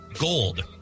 gold